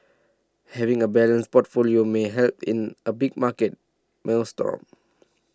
having a balanced portfolio may help in a big market maelstrom